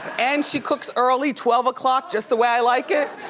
and she cooks early, twelve o'clock, just the way i like it.